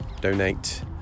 donate